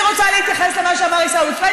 אני רוצה להתייחס למה שאמר עיסאווי פריג'.